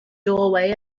doorway